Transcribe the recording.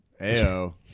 ayo